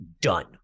done